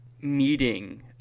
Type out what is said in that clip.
meeting